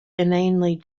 inanely